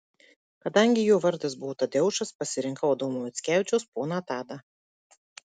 kadangi jo vardas buvo tadeušas pasirinkau adomo mickevičiaus poną tadą